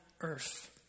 earth